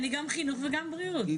אני גם חינוך וגם בריאות,